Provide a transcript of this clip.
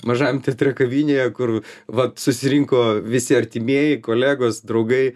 mažajam teatre kavinėje kur vat susirinko visi artimieji kolegos draugai